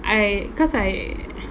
I because I